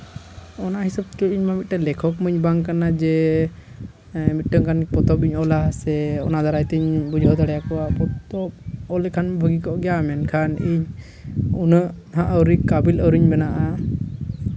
ᱚᱱᱟ ᱦᱤᱥᱟᱹᱵᱽ ᱛᱮ ᱤᱧᱢᱟ ᱢᱤᱫᱴᱮᱱ ᱞᱮᱠᱷᱚᱠ ᱢᱟᱧ ᱵᱟᱝ ᱠᱟᱱᱟ ᱡᱮ ᱢᱤᱫᱴᱟᱱ ᱜᱟᱱ ᱯᱚᱛᱚᱵᱤᱧ ᱚᱞᱟ ᱥᱮ ᱚᱱᱟ ᱫᱟᱨᱟᱭ ᱛᱤᱧ ᱵᱩᱡᱷᱟᱹᱣ ᱫᱟᱲᱮᱭᱟᱠᱚᱣᱟ ᱯᱚᱛᱚᱵᱽ ᱚᱞ ᱞᱮᱠᱷᱟᱱ ᱵᱷᱟᱹᱜᱤ ᱠᱚᱜ ᱜᱮᱭᱟ ᱢᱮᱱᱠᱷᱟᱱ ᱤᱧ ᱩᱱᱟᱹᱜ ᱟᱹᱣᱨᱤ ᱠᱟᱹᱵᱤᱞ ᱟᱹᱣᱨᱤᱧ ᱵᱮᱱᱟᱜᱼᱟ